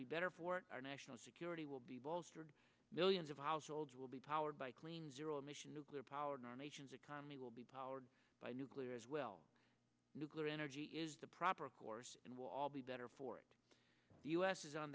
be better for our national security will be bolstered millions of households will be powered by clean zero emission nuclear powered our nation's economy will be powered by nuclear as well nuclear energy is the proper course and we'll all be better for it the us is on